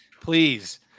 please